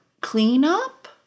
cleanup